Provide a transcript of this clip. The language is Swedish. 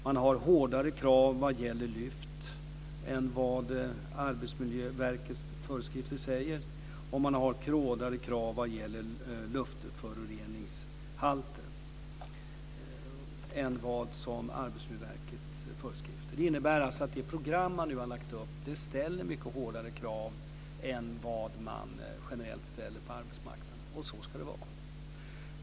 Det är hårdare krav vad gäller lyft än vad Arbetsmiljöverkets föreskrifter säger, och det är hårdare krav vad gäller luftföroreningshalter än enligt Arbetsmiljöverkets föreskrifter. Det innebär att det program som man har ställt upp ställer mycket hårdare krav än vad man generellt ställer på arbetsmarknaden. Så ska det vara.